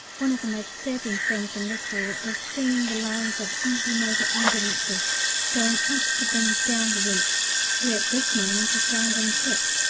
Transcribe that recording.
one of the most stabbing things in this war is seeing the lines of empty motor ambulances going up to bring down the wrecks who at this moment are sound and fit,